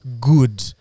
good